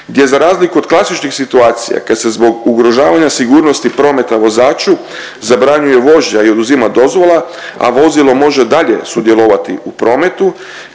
gdje za razliku od klasičnih situacija kad se zbog ugrožavanja sigurnosti prometa vozaču zabranjuje vožnja i oduzima dozvola, a vozilo može dalje sudjelovati u prometu,